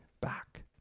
back